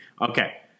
Okay